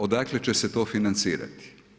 Odakle će se to financirati?